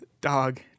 dog